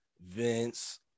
Vince